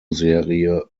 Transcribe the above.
serie